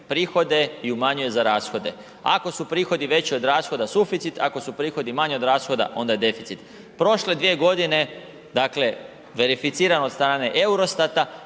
prihode i umanjuje za rashode. Ako su prihodi veći od rashoda suficit, ako su prihodi manji od rashoda onda je deficit. Prošle dvije godine verificiran od strane EUROSTAT-a